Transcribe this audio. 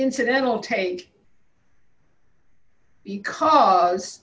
incidental tahj because